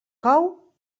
cou